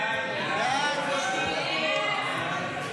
הסתייגות 59 לא